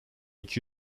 iki